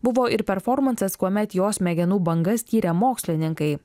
buvo ir performansas kuomet jo smegenų bangas tyrę mokslininkai